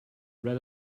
read